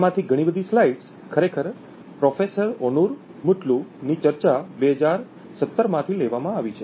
આમાંથી ઘણી બધી સ્લાઇડ્સ ખરેખર પ્રોફેસર ઑનુર મુતલુ ની ચર્ચા 2017 માંથી લેવામાં આવી છે